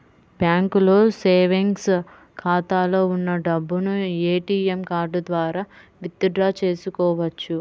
బ్యాంకులో సేవెంగ్స్ ఖాతాలో ఉన్న డబ్బును ఏటీఎం కార్డు ద్వారా విత్ డ్రా చేసుకోవచ్చు